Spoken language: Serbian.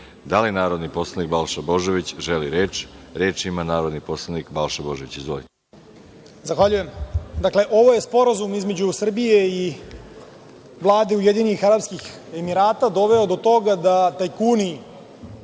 li narodni poslanik Balša Božović želi reč? Reč ima narodni poslanik Balša Božović.